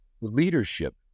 leadership